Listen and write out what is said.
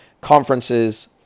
conferences